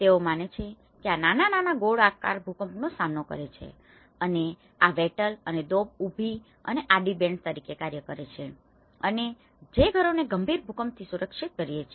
તેઓ માને છે કે આ નાના ગોળ આકાર ભૂકંપોનો સામનો કરે છે અને આ વેટલ અને દૌબ ઉભી અને આડી બેન્ડસ તરીકે કાર્ય કરે છે અને જે ઘરોને ગંભીર ભૂકંપથી સુરક્ષિત કરી શકે છે